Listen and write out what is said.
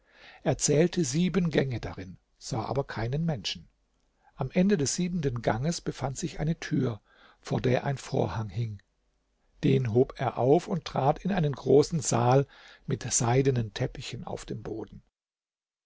zählte sieben gänge darin sah aber keinen menschen am ende des siebenten ganges befand sich eine tür vor der ein vorhang hing den hob er auf und trat in einen großen saal mit seidenen teppichen auf dem boden